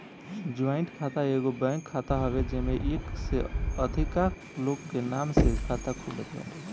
joint खाता एगो bank खाता हवे जेमे एक से अधिका लोग के नाम से खाता खुलत बाटे